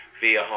via